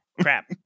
crap